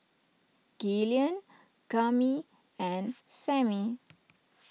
Gillian Cami and Samie